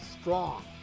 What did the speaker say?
strong